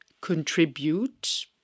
contribute